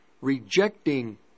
rejecting